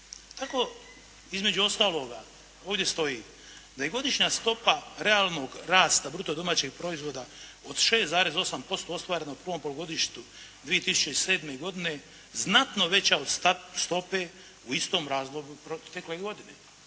Tako između ostaloga ovdje stoji da je godišnja stopa realnog rasta bruto domaćeg proizvoda od 6,8% ostvarenog u prvom polugodištu 2007. godine znatno veća od stope u istom razdoblju protekle godine.